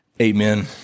Amen